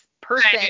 person